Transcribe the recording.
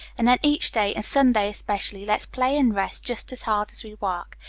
and then each day, and sunday especially, let's play and rest, just as hard as we work.